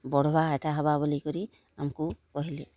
ବଢ଼୍ବା ହେଟା ହେବା ବୋଲିକରି ଆମ୍କୁ କହେଲେ